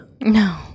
No